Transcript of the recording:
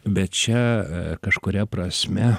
bet čia kažkuria prasme